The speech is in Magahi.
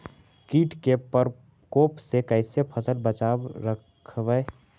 कीट के परकोप से कैसे फसल बचाब रखबय?